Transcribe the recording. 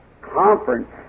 conference